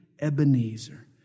Ebenezer